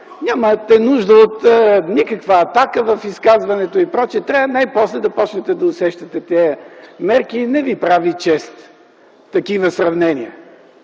Нямате нужда от никаква атака в изказването и прочие. Трябва най-после да почнете да усещате тия мерки и не Ви прави чест с такива сравнения,